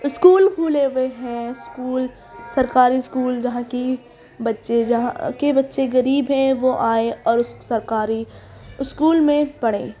school کھولے ہوئے ہیں اسکول سرکاری اسکول جہاں کے بچے غریب ہیں وہ آئیں اور اس سرکاری اسکول میں پڑھیں